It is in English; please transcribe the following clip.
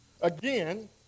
Again